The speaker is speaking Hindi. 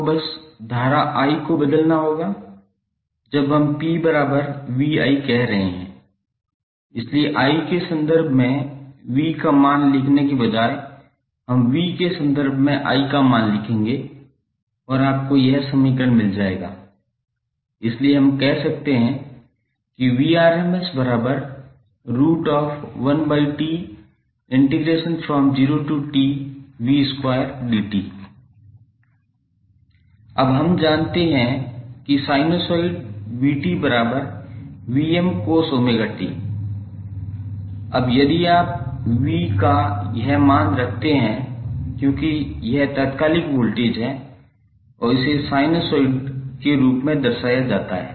आपको बस धारा i को बदलना होगा जब हम 𝑃𝑣𝑖 कह रहे हैं इसलिए i के संदर्भ में v का मान लिखने के बजाय हम v के संदर्भ में i का मान लिखेंगे और आपको यह समीकरण मिल जाएगा इसलिए हम कह सकते हैं कि अब हम जानते हैं कि साइनसोइड 𝑣𝑡𝑐𝑜𝑠𝜔𝑡 अब यदि आप v का यह मान रखते हैं क्योंकि यह तात्कालिक वोल्टेज है और इसे साइनसॉइड के रूप में दर्शाया जाता है